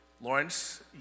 Lawrence